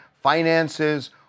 finances